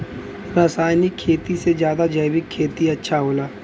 रासायनिक खेती से ज्यादा जैविक खेती अच्छा होला